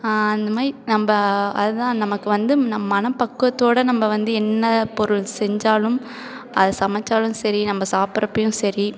அந்த மாதிரி நம்ம அது தான் நமக்கு வந்து நம் மனப்பக்குவத்தோட நம்ம வந்து என்ன பொருள் செஞ்சாலும் அது சமைச்சாலும் சரி நம்ம சாப்புடுறப்பையும் சரி